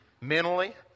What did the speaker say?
mentally